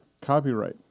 copyright